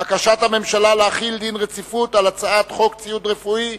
נעבור לבקשת הממשלה להחיל דין רציפות על הצעת חוק ציוד רפואי.